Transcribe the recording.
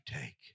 take